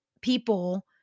people